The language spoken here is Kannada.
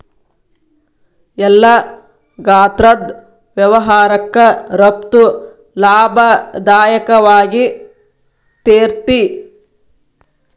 ಎಲ್ಲಾ ಗಾತ್ರದ್ ವ್ಯವಹಾರಕ್ಕ ರಫ್ತು ಲಾಭದಾಯಕವಾಗಿರ್ತೇತಿ